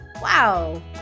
wow